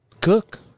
cook